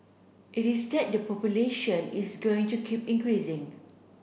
it is that the population is going to keep increasing